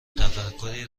تفکری